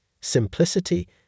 Simplicity